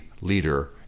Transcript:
leader